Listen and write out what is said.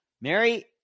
Mary